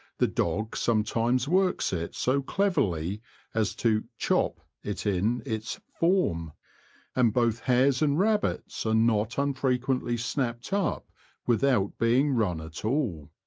the dog some times works it so cleverly as to chop it in its form and both hares and rabbits are not unfrequently snapped up without being run at all.